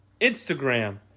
Instagram